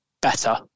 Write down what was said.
better